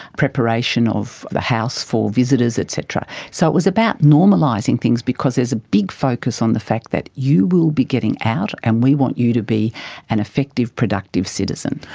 preparation of a house for visitors, et cetera. so it was about normalising things because there's a big focus on the fact that you will be getting out and we want you to be an effective, productive citizen.